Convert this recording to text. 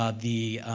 ah the,